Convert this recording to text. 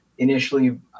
initially